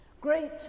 great